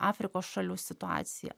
afrikos šalių situaciją